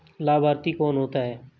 लाभार्थी कौन होता है?